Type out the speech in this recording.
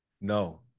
No